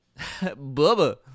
Bubba